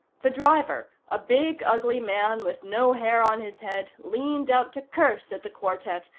the driver, a big, ugly man with no hair on his head, leaned out to curse at the quartet,